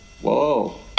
Whoa